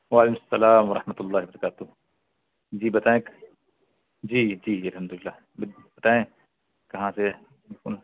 وعلیکم السلام و رحمۃ اللہ برکاتہ جی بتائیں جی جی ٹھیک ہے الحمد للہ بتائیں کہاں سے